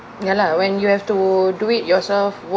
ya lah when you have to do it yourself